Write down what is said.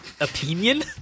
Opinion